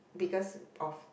because of